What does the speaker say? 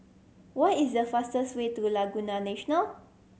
what is the fastest way to Laguna National